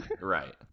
right